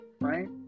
right